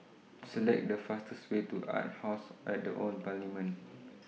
Select The fastest Way to Arts House At The Old Parliament